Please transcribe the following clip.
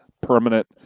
permanent